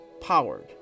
powered